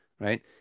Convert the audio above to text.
right